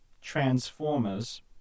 Transformers